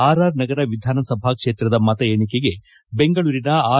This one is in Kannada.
ಆರ್ಆರ್ ನಗರ ವಿಧಾನಸಭಾ ಕ್ಷೇತ್ರದ ಮತ ಎಣಿಕೆಗೆ ಬೆಂಗಳೂರಿನ ಆರ್